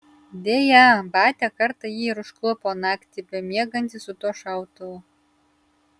deja batia kartą jį ir užklupo naktį bemiegantį su tuo šautuvu